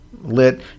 lit